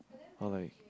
or like